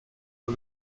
for